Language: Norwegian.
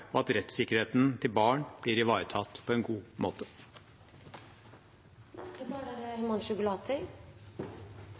og til at barns rettssikkerhet blir ivaretatt på en god måte. Det er